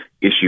issue